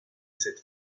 cette